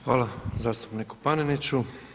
Hvala zastupniku Paneniću.